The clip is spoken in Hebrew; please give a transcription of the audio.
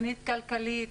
תכנית כלכלית,